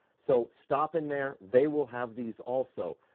so, stop in there, they will have these also.